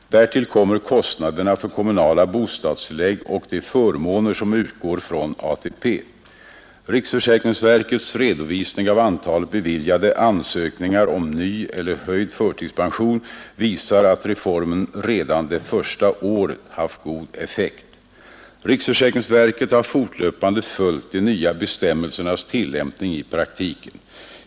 Därtill kommer kostnaderna för kommunala bostadstillägg och de förmåner som utgår fran ATP. Riksförsäkringsverkets redovisning av antalet beviljade ansökningar om ny eller höjd förtidspension visar att reformen redan det första äret haft god effekt. Riksförsäkringsverket har fortlöpande följt de nya bestämmelsernas tillämpning i praktiken.